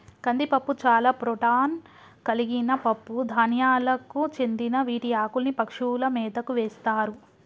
కందిపప్పు చాలా ప్రోటాన్ కలిగిన పప్పు ధాన్యాలకు చెందిన వీటి ఆకుల్ని పశువుల మేతకు వేస్తారు